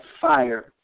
fire